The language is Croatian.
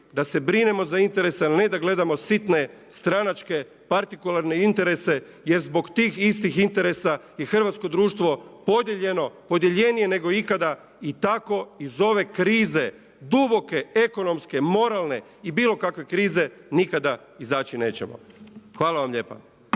da se brinemo za interese, a ne da gledamo sitne stranačke partikularne interese jer zbog tih istih interesa je hrvatsko društvo podijeljeno, podjeljenije nego ikada. I tako iz ove krize duboke ekonomske, moralne i bilo kakve krize nikada izaći nećemo. Hvala vam lijepa.